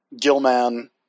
Gilman